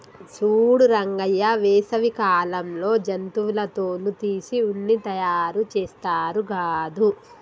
సూడు రంగయ్య వేసవి కాలంలో జంతువుల తోలు తీసి ఉన్ని తయారుచేస్తారు గాదు